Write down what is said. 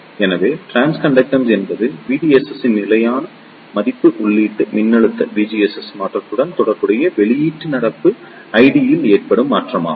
எனவே டிரான்ஸ்கண்டக்டன்ஸ் என்பது விடிஎஸ்ஸின் நிலையான மதிப்புக்கு உள்ளீட்டு மின்னழுத்த விஜிஎஸ் மாற்றத்துடன் தொடர்புடைய வெளியீட்டு நடப்பு ஐடியில் ஏற்படும் மாற்றமாகும்